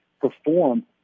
perform